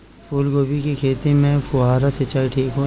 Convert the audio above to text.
फूल गोभी के खेती में फुहारा सिंचाई ठीक होई?